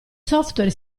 software